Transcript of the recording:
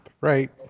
right